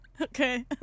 okay